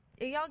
y'all